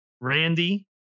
Randy